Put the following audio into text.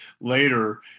later